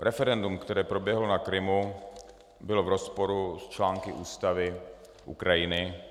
Referendum, které proběhlo na Krymu, bylo v rozporu s články ústavy Ukrajiny.